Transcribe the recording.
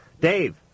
dave